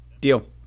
deal